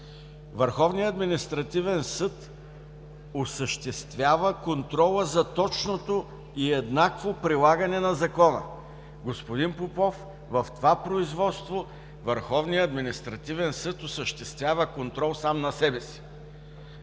Върховният административен съд осъществява контрола за точното и еднакво прилагане на Закона. Господин Попов, в това производство Върховният административен съд осъществява контрол сам на себе си.